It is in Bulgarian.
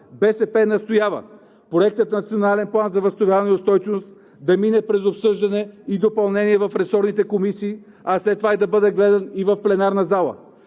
БСП настоява Проектът на Национален план за възстановяване и устойчивост да мине през обсъждане и допълнение в ресорните комисии, а след това да бъде гледан и в пленарна зала.